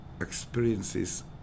experiences